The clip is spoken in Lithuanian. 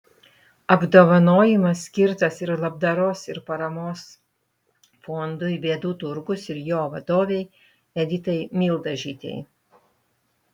apdovanojimas skirtas ir labdaros ir paramos fondui bėdų turgus ir jo vadovei editai mildažytei